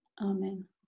Amen